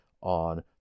on